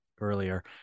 earlier